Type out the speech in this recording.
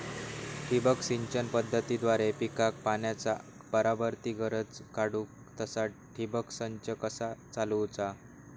ठिबक सिंचन पद्धतीद्वारे पिकाक पाण्याचा बराबर ती गरज काडूक तसा ठिबक संच कसा चालवुचा?